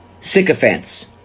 sycophants